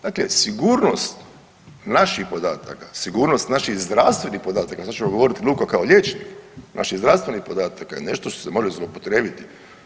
Dakle, sigurnost naših podataka, sigurnost naših zdravstvenih podataka, sad ću vam govorit …/nerazumljivo/… kao liječnik, naših zdravstvenih podataka je nešto što se može zloupotrijebiti.